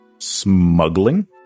smuggling